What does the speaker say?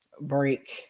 break